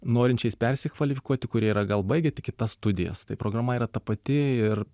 norinčiais persikvalifikuoti kurie yra gal baigę tik kitas studijas tai programa yra ta pati ir